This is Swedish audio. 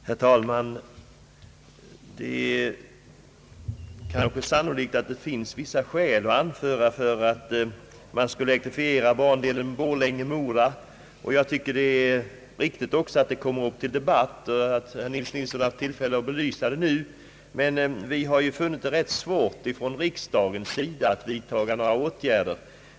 Herr talman! Det kanske finns vissa skäl som talar för en elektrifiering av bandelen Borlänge—Mora. Jag tycker att det är riktigt att frågan kommer upp till debatt och att herr Nils Nilsson redogjort för sin inställning. Utskottet har emellertid funnit det svårt att rekommendera några åtgärder från riksdagens sida.